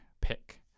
pick